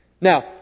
Now